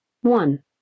one